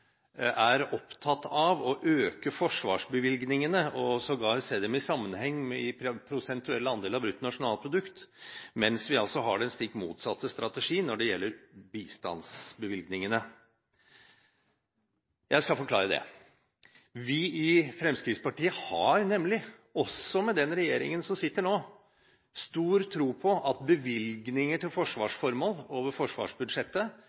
er opptatt av å øke forsvarsbevilgningene og sågar se dem i sammenheng i prosentuell andel av bruttonasjonalprodukt, mens vi har den stikk motsatte strategi når det gjelder bistandsbevilgningene. Jeg skal forklare det. Vi i Fremskrittspartiet har nemlig – også med den regjeringen som sitter nå – stor tro på at bevilgninger til forsvarsformål over forsvarsbudsjettet